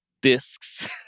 discs